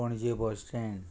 Panaji bus stand